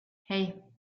hei